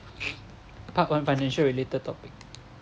part one financial related topic